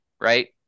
right